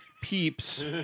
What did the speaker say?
Peeps